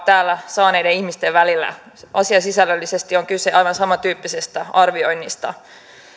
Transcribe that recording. täällä saaneiden ihmisten välillä asiasisällöllisesti on kyse aivan samantyyppisestä arvioinnista